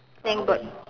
then got